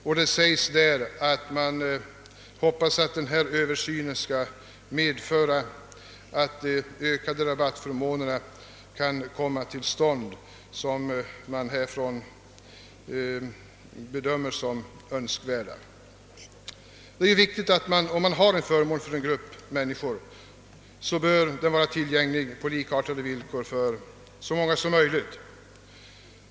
I det särskilda yttrandet uttrycker man förhoppningen att översynen skall medföra de ökade rabattförmåner som bedömts som önskvärda. Om man har en förmån för en grupp människor bör den vara tillgänglig på likartade villkor för så många som möjligt.